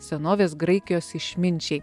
senovės graikijos išminčiai